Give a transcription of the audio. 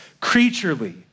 creaturely